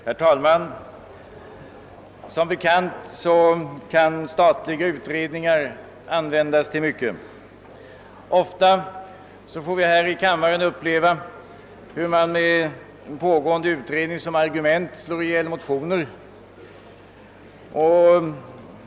Herr talman! Statliga utredningar kan som bekant användas till mycket. Ofta får vi här i kammaren uppleva hur man med en pågående utredning som argument slår ihjäl motioner.